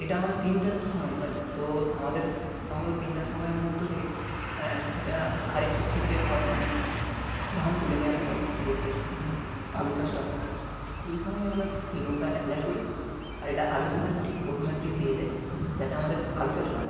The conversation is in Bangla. এটা আমরা তিনটা সময় পাই তো আমাদের সঙ্গে তিনটা সময়ের মধ্যে থেকে এটা খরিফ শস্য যে হয় মানে ধান তুলে নেওয়ার পর যে খরিফ আলু চাষটা এই সময় আমরা এই লোনটা অ্যাপ্লাই করি আর এটা আলু চাষের ঠিক প্রথমের দিকে পেয়ে যাই যাতে আমাদের আলু চাষটা